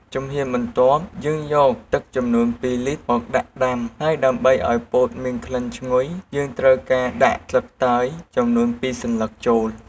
ជំហានបន្ទាប់ យើងយកទឹកចំនួន២លីត្រមកដាក់ដាំ ហើយដើម្បីឱ្យពោតមានក្លិនឈ្ងុយ យើងត្រូវការដាក់ស្លឹកតើយចំនួន២សន្លឹកចូល។